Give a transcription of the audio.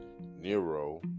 Nero